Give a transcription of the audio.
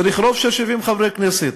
צריך רוב של 70 חברי כנסת,